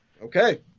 Okay